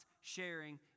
sharing